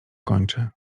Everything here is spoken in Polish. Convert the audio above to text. kończy